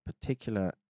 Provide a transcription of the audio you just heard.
particular